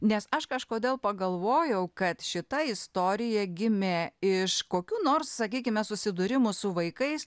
nes aš kažkodėl pagalvojau kad šita istorija gimė iš kokių nors sakykime susidūrimų su vaikais